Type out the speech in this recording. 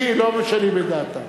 לא משנים את דעתם.